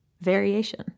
variation